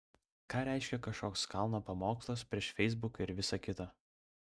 ką reiškia kažkoks kalno pamokslas prieš feisbuką ir visa kita